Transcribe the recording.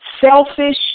selfish